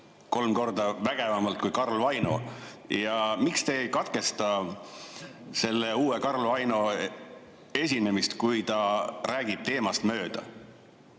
kolm korda vägevamalt kui Karl Vaino. Miks te ei katkesta selle uue Karl Vaino esinemist, kui ta räägib teemast mööda?